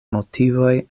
motivoj